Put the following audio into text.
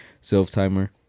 self-timer